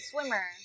swimmer